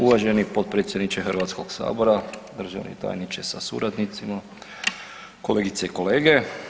Uvaženi potpredsjedniče Hrvatskog sabora, državni tajniče sa suradnicima, kolegice i kolege.